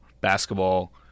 basketball